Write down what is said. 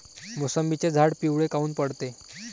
मोसंबीचे झाडं पिवळे काऊन पडते?